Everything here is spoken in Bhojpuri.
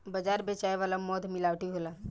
बाजार बेचाए वाला मध मिलावटी होला